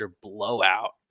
blowout